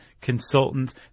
consultants